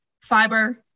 fiber